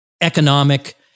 economic